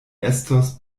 estos